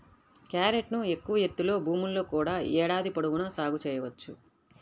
క్యారెట్ను ఎక్కువ ఎత్తులో భూముల్లో కూడా ఏడాది పొడవునా సాగు చేయవచ్చు